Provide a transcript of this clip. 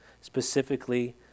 specifically